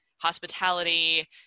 hospitality